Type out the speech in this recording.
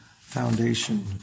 foundation